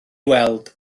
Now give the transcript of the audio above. weld